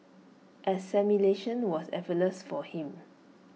assimilation was effortless for him